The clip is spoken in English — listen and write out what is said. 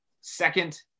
second